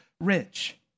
rich